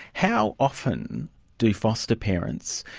how often do foster parents,